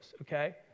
okay